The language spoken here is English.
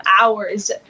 hours